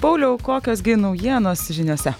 pauliau kokios gi naujienos žiniose